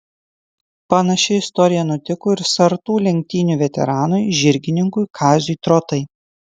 panaši istorija nutiko ir sartų lenktynių veteranui žirgininkui kaziui trotai